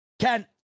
Ken